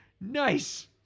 Nice